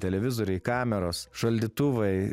televizoriai kameros šaldytuvai